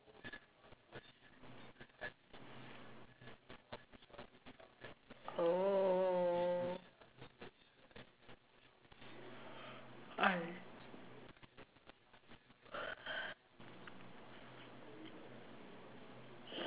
oh uh